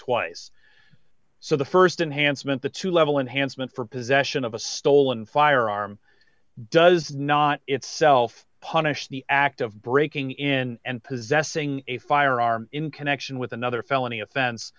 twice so the st enhanced meant the two level enhanced meant for possession of a stolen firearm does not itself punish the act of breaking in and possessing a firearm in connection with another felony offen